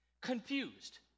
Confused